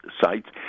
sites